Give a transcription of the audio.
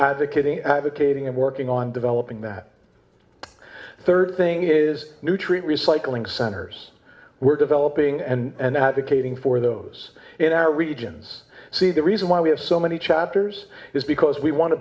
advocating advocating and working on developing that third thing is new treat recycling centers we're developing and advocating for those in our regions c the reason why we have so many chapters is because we want to